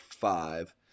five